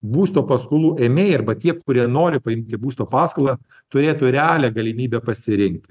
būsto paskolų ėmėjai arba tie kurie nori paimti būsto paskolą turėtų realią galimybę pasirinkti